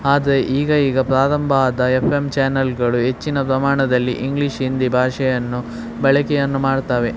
ಆದರೆ ಈಗ ಈಗ ಪ್ರಾರಂಭ ಆದ ಎಫ್ ಎಂ ಚ್ಯಾನಲ್ಗಳು ಹೆಚ್ಚಿನ ಪ್ರಮಾಣದಲ್ಲಿ ಇಂಗ್ಲೀಷ್ ಹಿಂದಿ ಭಾಷೆಯನ್ನು ಬಳಕೆಯನ್ನು ಮಾಡ್ತವೆ